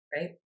right